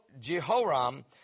Jehoram